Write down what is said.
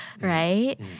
Right